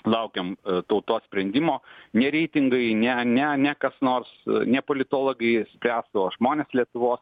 laukiam tautos sprendimo ne reitingai ne ne ne kas nors ne politologai spręs o žmonės lietuvos